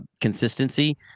consistency